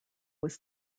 was